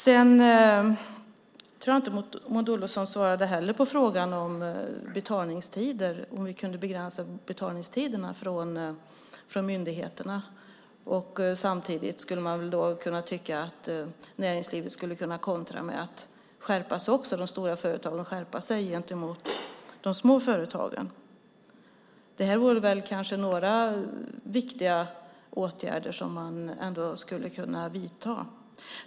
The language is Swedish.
Maud Olofsson svarade inte heller på frågan om man kan begränsa betalningstiderna från myndigheter. Samtidigt skulle näringslivet och de stora företagen kunna kontra med att skärpa sig gentemot de små företagen. Det vore några viktiga åtgärder som man skulle kunna vidta.